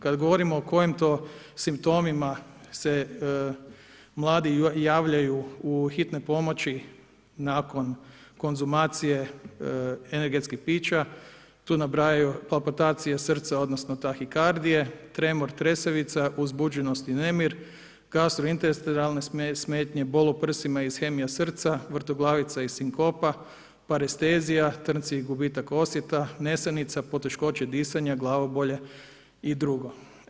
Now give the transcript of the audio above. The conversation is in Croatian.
Kad govorimo o kojim to simptomima se mladima javljaju u hitne pomoći nakon konzumacije energetskih pića tu nabrajaju palpacije srca, odnosno tahikardije, tremor, tresavica, uzbuđenost i nemir, gastrointestinalne smetnje, bol u prsima i shemija srca, vrtoglavica i sinkopa, parestezija, trnci i gubitak osjeta, nesanica, poteškoće disanja, glavobolje i drugo.